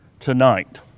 Tonight